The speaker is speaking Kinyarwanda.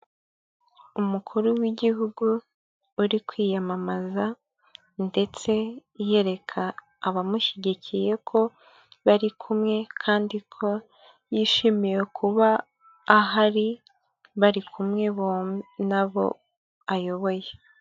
Umukuru w'igihugu uri kwiyamamaza, ndetse yereka abamushyigikiye ko bari kumwe kandi ko yishimiye kuba ahari bari kumwe bo n'abo ayoboye.